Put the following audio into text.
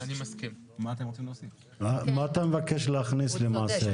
מה אתה מבקש להכניס למעשה?